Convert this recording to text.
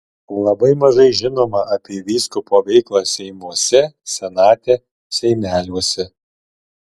labai mažai žinoma apie vyskupo veiklą seimuose senate seimeliuose